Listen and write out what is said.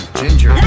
ginger